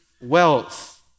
wealth